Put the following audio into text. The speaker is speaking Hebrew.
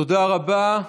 תודה רבה.